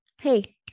hey